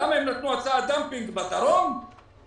למה הם נתנו הצעת דמפינג בדרום ובצפון,